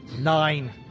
nine